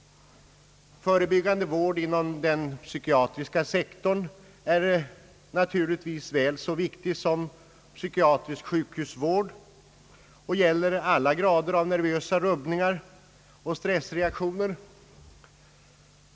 Förebyggande vård inom den psykiatriska sektorn är naturligtvis väl så viktig som psykiatrisk sjukhusvård; det gäller alla grader av nervösa rubbningar och stressreaktioner.